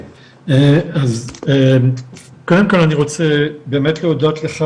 אז קודם כל אני רוצה באמת להודות לך